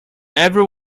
every